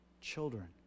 Children